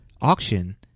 auction